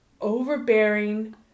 overbearing